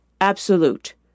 absolute